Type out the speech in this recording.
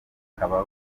bakaba